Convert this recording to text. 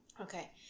okay